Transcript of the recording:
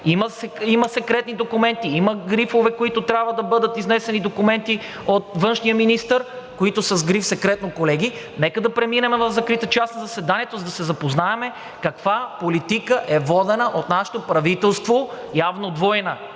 Има секретни документи, има грифове, които трябва да бъдат изнесени, документи от външния министър, които са с гриф „Секретно“, колеги. Нека да преминем в закрита част на заседанието, за да се запознаем каква политика е водена от нашето правителство – явно двойна.